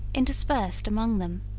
interspersed among them.